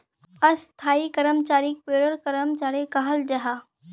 स्थाई कर्मचारीक पेरोल कर्मचारी कहाल जाहा